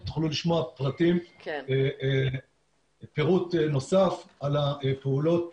תוכלו לשמוע פירוט נוסף על הפעולות